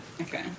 Okay